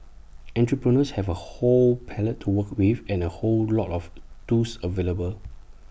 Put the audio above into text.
entrepreneurs have A whole palette to work with and A whole lot of tools available